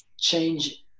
change